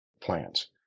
plans